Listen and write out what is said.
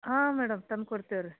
ಹಾಂ ಮೇಡಮ್ ತಂದು ಕೊಡ್ತೀವಿ ರೀ